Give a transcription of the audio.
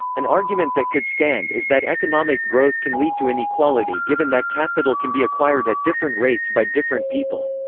an argument that could stand is that economic growth can lead to inequality given that capital can be acquired at different rates by different people.